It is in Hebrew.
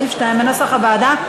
סעיף 2 בנוסח הוועדה.